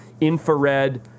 infrared